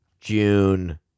June